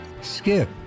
skip